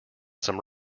some